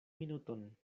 minuton